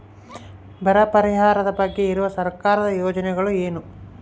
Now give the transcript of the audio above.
ಬರ ಪರಿಹಾರದ ಬಗ್ಗೆ ಇರುವ ಸರ್ಕಾರದ ಯೋಜನೆಗಳು ಏನು?